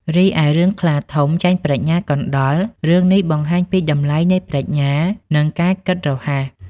រីឯរឿងខ្លាធំចាញ់ប្រាជ្ញាកណ្ដុរ រឿងនេះបង្ហាញពីតម្លៃនៃប្រាជ្ញា និងការគិតរហ័ស។